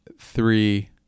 three